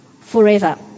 forever